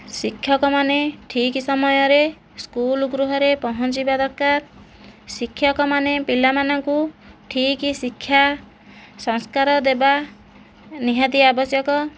ଶିକ୍ଷକମାନେ ଠିକ୍ ସମୟରେ ସ୍କୁଲ୍ ଗୃହରେ ପହଞ୍ଚିବା ଦରକାର ଶିକ୍ଷକମାନେ ପିଲାମାନଙ୍କୁ ଠିକ୍ ଶିକ୍ଷା ସଂସ୍କାର ଦେବା ନିହାତି ଆବଶ୍ୟକ